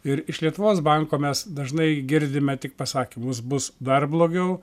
ir iš lietuvos banko mes dažnai girdime tik pasakymus bus dar blogiau